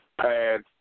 pads